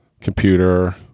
computer